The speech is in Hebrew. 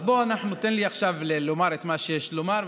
אז תן לי עכשיו לומר מה שיש לומר,